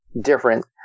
different